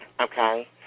okay